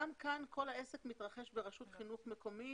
גם כאן כל העסק מתרחש ברשות חינוך מקומית